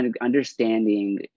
understanding